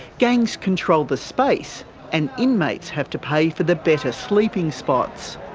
gangs control the space and inmates have to pay for the better sleeping spots.